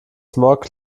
smog